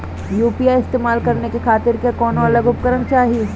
UPI इस्तेमाल करने खातिर क्या कौनो अलग उपकरण चाहीं?